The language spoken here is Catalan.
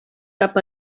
cap